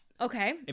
Okay